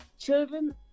Children